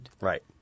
Right